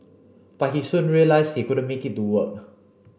but he soon realised he could make it to work